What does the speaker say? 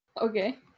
Okay